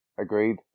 Agreed